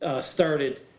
started